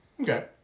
Okay